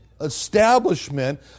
establishment